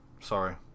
Sorry